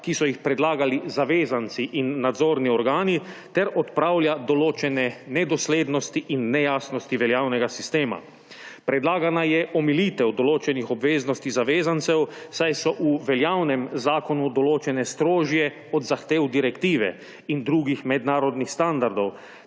ki so jih predlagali zavezanci in nadzorni organi, ter odpravlja določene nedoslednosti in nejasnosti veljavnega sistema. Predlagana je omilitev določenih obveznostih zavezancev, saj so v veljavnem zakonu določene strožje od zahtev direktive in drugih mednarodnih standardov